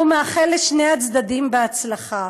והוא מאחל לשני הצדדים בהצלחה,